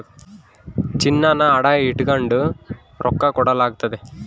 ಚಿನ್ನಾನ ಅಡ ಇಟಗಂಡು ರೊಕ್ಕ ಕೊಡಲಾಗ್ತತೆ